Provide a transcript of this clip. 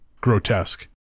grotesque